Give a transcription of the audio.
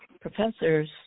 professors